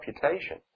computation